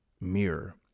mirror